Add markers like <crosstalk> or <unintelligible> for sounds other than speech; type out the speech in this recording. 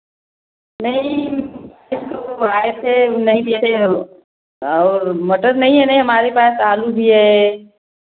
नहीं <unintelligible> वह आये थे नहीँ जैसे और मत्ल नहीं है हमारे पास आलू भी हैं